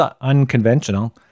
unconventional